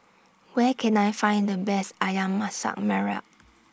Where Can I Find The Best Ayam Masak Merah